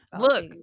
Look